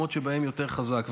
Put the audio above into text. במקומות שהם יותר חזקים.